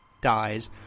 dies